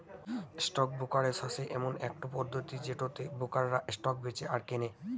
stock brokerage হসে এমন একটো পদ্ধতি যেটোতে ব্রোকাররা স্টক বেঁচে আর কেনে